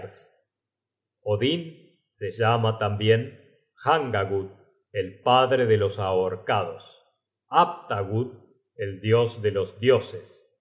se llama tambien hangagud el padre de los ahorcados haptagud el dios de los dioses